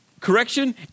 correction